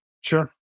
Sure